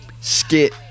skit